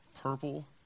purple